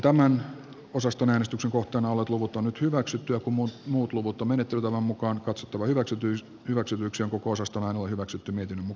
tämän osaston äänestyksen kohteena ovat luvut on nyt hyväksytty omus muut luvuton menetelmän mukaan katsottava hyväksytyissä hyväksymyksen pukuosasto on jo hyväksytty miten h